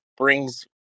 Brings